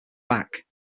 back